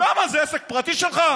למה, זה עסק פרטי שלך?